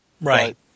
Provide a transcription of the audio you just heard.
Right